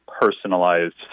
personalized